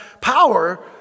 power